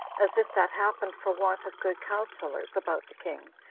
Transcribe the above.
as if that happened for want of good counselors about the king,